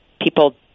people